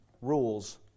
Rules